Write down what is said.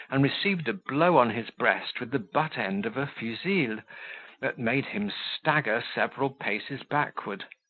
and received a blow on his breast with the butt-end of a fusil, that made him stagger several paces backward.